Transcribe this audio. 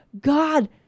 God